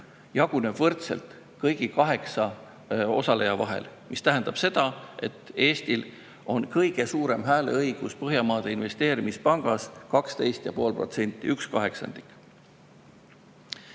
nõukogus võrdselt kõigi kaheksa osaleja vahel, mis tähendab seda, et Eestil on kõige suurem hääleõigus Põhjamaade Investeerimispangas, 12,5% ehk